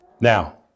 Now